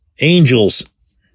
Angels